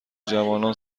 جوانان